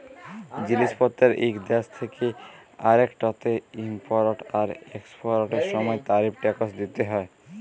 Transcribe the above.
জিলিস পত্তের ইক দ্যাশ থ্যাকে আরেকটতে ইমপরট আর একসপরটের সময় তারিফ টেকস দ্যিতে হ্যয়